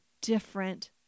different